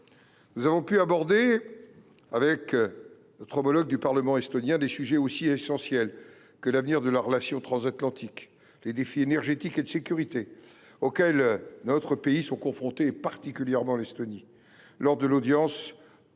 Nous avons pu aborder, avec nos homologues du Parlement estonien, des sujets aussi essentiels que l’avenir de la relation transatlantique, les défis énergétiques et de sécurité auxquels nos pays sont confrontés, particulièrement l’Estonie, lors de l’audience à laquelle